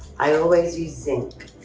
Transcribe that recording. i always use zinc.